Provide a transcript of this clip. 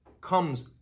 comes